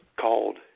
called